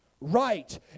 right